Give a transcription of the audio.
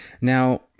Now